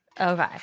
okay